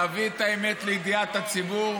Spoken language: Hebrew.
להביא את האמת לידיעת הציבור,